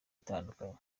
itandukanye